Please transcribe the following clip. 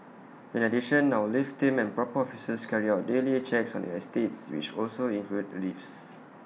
in addition our lift team and proper officers carry out daily checks on the estates which also include the lifts